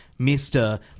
Mr